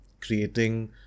Creating